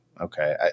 okay